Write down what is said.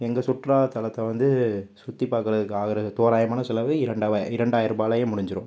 எங்கள் சுற்றுலாத்தலத்தை வந்து சுற்றி ப் பார்க்குறதுக்கு ஆகுற தோராயமான செலவு இரண்டவ இரண்டாயருபாலே முடிஞ்சிடும்